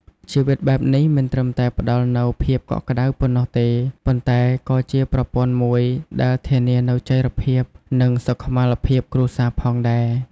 ជីវិតបែបនេះមិនត្រឹមតែផ្ដល់នូវភាពកក់ក្ដៅប៉ុណ្ណោះទេ ប៉ុន្តែក៏ជាប្រព័ន្ធមួយដែលធានានូវចីរភាព និងសុខុមាលភាពគ្រួសារផងដែរ។